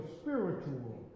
spiritual